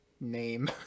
name